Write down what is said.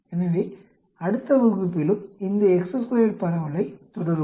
எனவே அடுத்த வகுப்பிலும் இந்த பரவலைத் தொடருவோம்